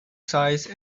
size